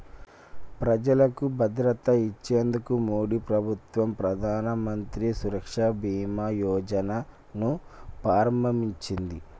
ప్రజలకు భద్రత ఇచ్చేందుకు మోడీ ప్రభుత్వం ప్రధానమంత్రి సురక్ష బీమా యోజన ను ప్రారంభించింది